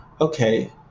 okay